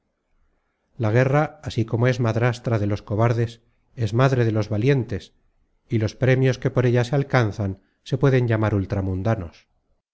la guerra así como es madrastra de los cobardes es madre de los valientes y los premios que por ella se alcanzan se pueden llamar